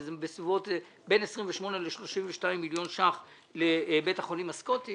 שזה בין 28 32 מיליון ש"ח לבית החולים הסקוטי